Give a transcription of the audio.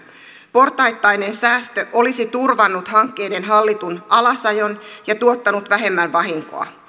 portaittainen säästö olisi turvannut hankkeiden hallitun alasajon ja tuottanut vähemmän vahinkoa